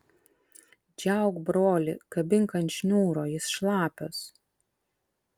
džiauk brolį kabink ant šniūro jis šlapias